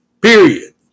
Period